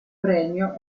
premio